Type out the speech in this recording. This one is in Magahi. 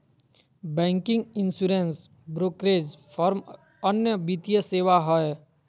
बैंकिंग, इंसुरेन्स, ब्रोकरेज फर्म अन्य वित्तीय सेवा हय